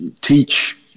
teach